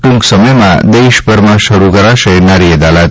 ટુંક સમયમાં દેશ ભરમાં શરૂ કરાશે નારી અદાલત